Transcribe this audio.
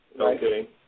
Okay